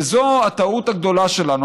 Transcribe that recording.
וזו הטעות הגדולה שלנו.